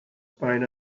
spain